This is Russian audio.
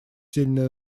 сильное